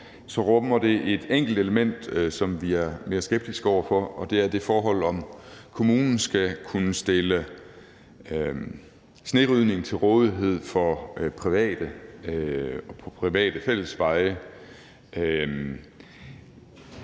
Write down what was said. Så rummer det et enkelt element, som vi er mere skeptiske over for, og det er det forhold, at kommunen skal kunne stille snerydning til rådighed for private og på private fællesveje.